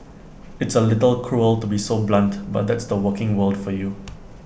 it's A little cruel to be so blunt but that's the working world for you